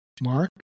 Mark